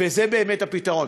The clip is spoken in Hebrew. וזה באמת הפתרון.